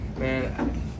Man